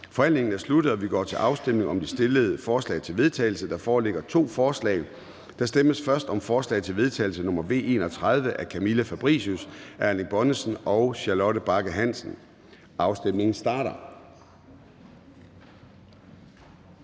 Forhandlingen er sluttet, og vi går til afstemning om de stillede forslag til vedtagelse. Der foreligger to forslag. Der stemmes først om forslag til vedtagelse nr. V 31 af Camilla Fabricius (S), Erling Bonnesen (V) og Charlotte Bagge Hansen (M). Afstemningen starter.